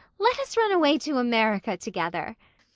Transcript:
let us run away to america together!